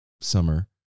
summer